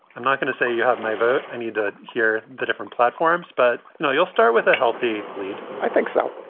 i'm not going to say you have my vote i need to hear the different platforms, but know you'll start with a healthy lead. i think so.